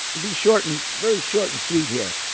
be short, and very short and sweet here.